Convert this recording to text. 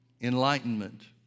enlightenment